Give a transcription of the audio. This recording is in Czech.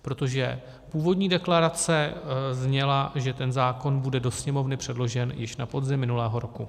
Protože původní deklarace zněla, že ten zákon bude do Sněmovny předložen již na podzim minulého roku.